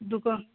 दुकान